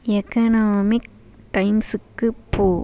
economic டைம்ஸுக்குப் போ